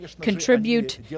contribute